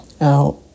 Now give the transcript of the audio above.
out